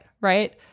Right